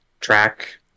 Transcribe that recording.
track